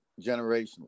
generationally